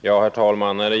Herr talman!